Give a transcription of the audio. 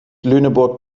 lüneburg